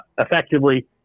effectively